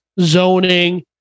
zoning